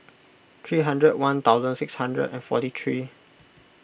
three hundred one thousand six hundred and forty three